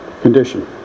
condition